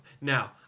Now